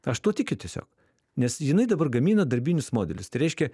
aš tuo tikiu tiesiog nes jinai dabar gamina darbinius modelius tai reiškia